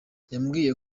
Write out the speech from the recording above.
yambwiye